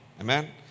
Amen